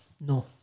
No